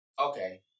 Okay